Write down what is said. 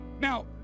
Now